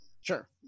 Sure